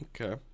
Okay